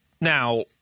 Now